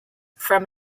from